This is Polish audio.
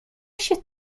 się